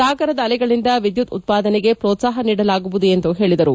ಸಾಗರದ ಅಲೆಗಳಿಂದ ವಿದ್ಯುತ್ ಉತ್ಪಾದನೆಗೆ ಪ್ರೋತ್ಪಾಹ ನೀಡಲಾಗುವುದು ಎಂದು ಹೇಳಿದರು